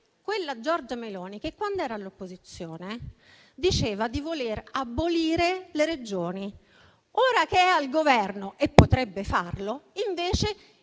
Giorgia Meloni, quando era all'opposizione, diceva di voler abolire le Regioni; ora che è al Governo e potrebbe farlo, invece